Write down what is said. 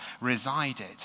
resided